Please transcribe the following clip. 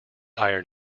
iron